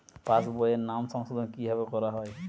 পাশ বইয়ে নাম সংশোধন কিভাবে করা হয়?